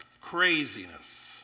craziness